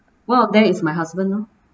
one of them is my husband lor